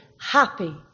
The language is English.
happy